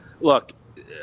look